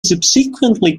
subsequently